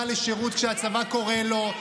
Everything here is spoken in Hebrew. חתם על מסמך שהוא בא לשירות כשהצבא קורא לו.